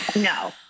no